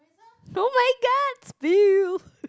oh-my-god steal